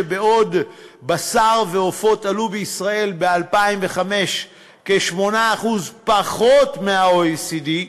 שבעוד בשר ועופות עלו בישראל ב-2005 כ-8% פחות מה-OECD,